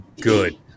good